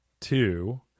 two